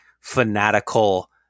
fanatical